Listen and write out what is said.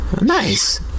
Nice